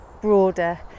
broader